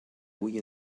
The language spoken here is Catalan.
hui